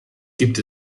gibt